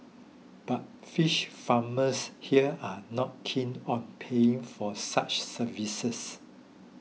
but fish farmers here are not keen on paying for such services